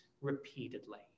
repeatedly